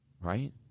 right